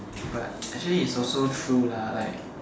but actually is also true lah like